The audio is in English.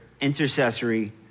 intercessory